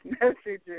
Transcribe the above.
messages